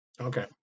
Okay